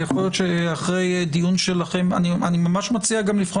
ויכול להיות שאחרי דיון שלכם אני ממש לבחון